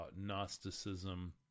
Gnosticism